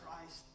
Christ